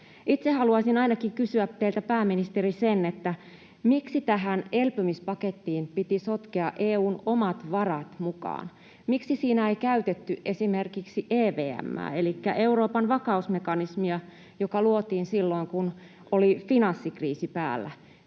Itse haluaisin ainakin kysyä teiltä, pääministeri, sen, miksi tähän elpymispakettiin piti sotkea EU:n omat varat mukaan. Miksi siinä ei käytetty esimerkiksi EVM:ää elikkä Euroopan vakausmekanismia, joka luotiin silloin, kun oli finanssikriisi päällä?